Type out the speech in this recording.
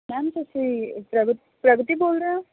ma'am ਤੁਸੀਂ ਪ੍ਰ ਪ੍ਰਗਤੀ ਬੋਲ ਰਹੇ ਹੋ